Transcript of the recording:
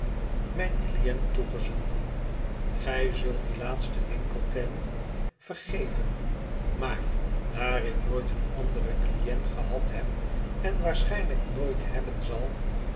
mijn cliënt toegezonden gij zult dien laatsten winkelterm vergeven maar daar ik nooit een anderen cliënt gehad heb en waarschijnlijk nooit hebben zal